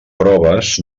proves